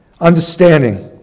understanding